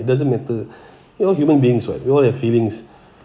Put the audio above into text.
it doesn't matter we all human beings [what] we all have feelings